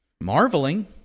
Marveling